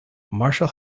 marshall